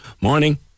Morning